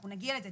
אנחנו נגיע לזה,